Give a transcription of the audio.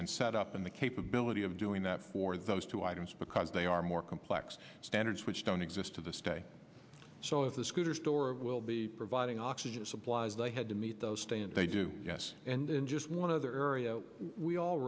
and set up in the capability of doing that for those two items because they are more complex standards which don't exist to the stay so if the scooter store will be providing oxygen supplies they had to meet those stand they do yes and just one other area we all